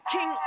King